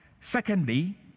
Secondly